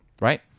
right